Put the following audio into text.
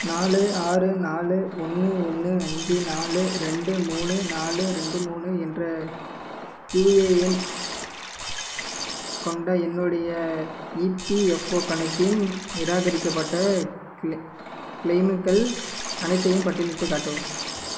நாலு ஆறு நாலு ஒன்று ஒன்று அஞ்சு நாலு ரெண்டு மூணு நாலு ரெண்டு மூணு என்ற யுஏஎன் கொண்ட என்னுடைய இபிஎஃப்ஒ கணக்கின் நிராகரிக்கப்பட்ட க்ளெ க்ளெய்முகள் அனைத்தையும் பட்டியலிட்டுக் காட்டவும்